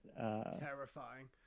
Terrifying